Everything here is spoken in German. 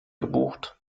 gebucht